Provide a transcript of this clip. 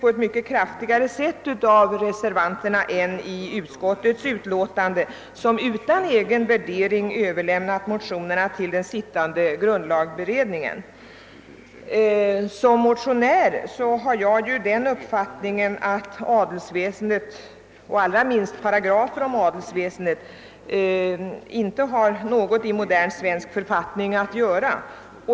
De har mycket kraftigare understrukits av reservanterna än i utskottsutlåtandet som utan egen värdering överlämnat motionerna till den sittande grundlagberedningen. Som motionär har jag den uppfattningen att adelsväsendet, allra minst paragrafer om det, inte hör hemma i modern svensk författning.